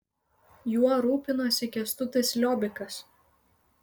juo rūpinosi kęstutis liobikas